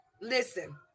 Listen